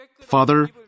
Father